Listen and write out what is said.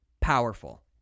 powerful